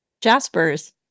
Jaspers